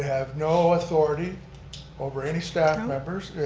have no authority over any staff members.